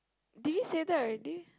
did we say that already